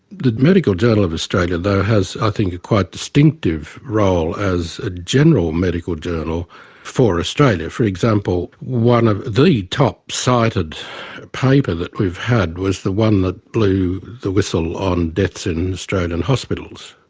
the medical journal of australia though has i think quite a distinctive role as a general medical journal for australia. for example, one of the top cited papers that we've had was the one that blew the whistle on deaths in australian hospitals.